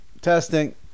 testing